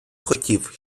хотів